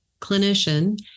clinician